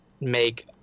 make